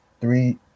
three